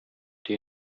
die